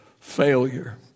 failure